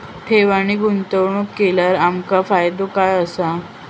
ठेव आणि गुंतवणूक केल्यार आमका फायदो काय आसा?